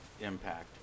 impact